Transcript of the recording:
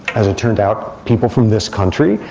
as it turned out, people from this country,